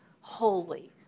holy